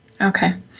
Okay